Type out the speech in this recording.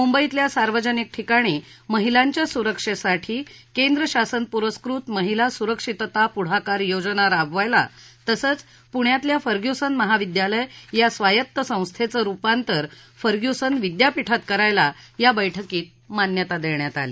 मुंबईतल्या सार्वजनिक ठिकाणी महिलांच्या सुरक्षेसाठी केंद्र शासन पुरस्कृत महिला सुरक्षितता पुढाकार योजना राबवायला तसंच पुण्यातल्या फर्ग्यूसन महाविद्यालय या स्वायत्त संस्थचं रुपांतर फर्ग्यूसन विद्यापीठात करायला या बैठकीत मान्यता देण्यात आली